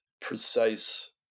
precise